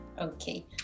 Okay